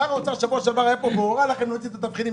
שר האוצר היה פה בשבוע שעבר והורה לכם להוציא את התבחינים,